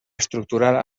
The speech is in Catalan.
estructural